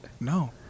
no